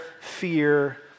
fear